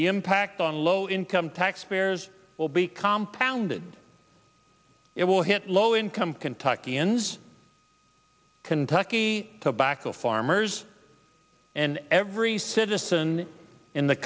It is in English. impact on low income taxpayers will be compound and it will hit low income kentucky and kentucky tobacco farmers and every citizen in the